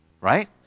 right